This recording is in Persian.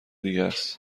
دیگهس